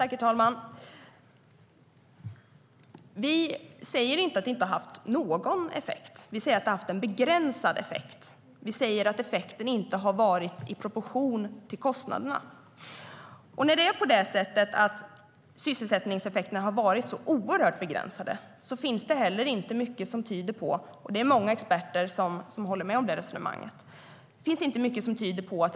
Herr talman! Vi säger inte att det inte har haft någon effekt. Vi säger att det har haft begränsad effekt. Vi säger att effekten inte har stått i proportion till kostnaderna. När sysselsättningseffekterna har varit så oerhört begränsade finns det inte mycket som tyder på att en höjning skulle få större effekter. Det är många experter som håller med om det resonemanget.